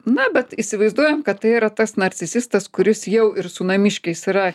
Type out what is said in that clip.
na bet įsivaizduojam kad tai yra tas narcisistas kuris jau ir su namiškiais yra